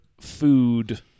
food